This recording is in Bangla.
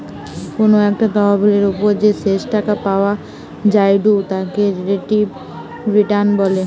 কোনো একটা তহবিলের ওপর যে শেষ টাকা পাওয়া জায়ঢু তাকে রিলেটিভ রিটার্ন বলে